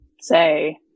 say